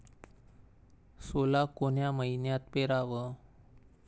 सोला कोन्या मइन्यात पेराव?